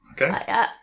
Okay